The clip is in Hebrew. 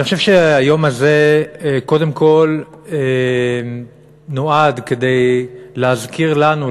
אני חושב שהיום הזה קודם כול נועד להזכיר לנו,